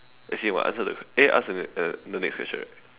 as in what answer the eh ask the the next question right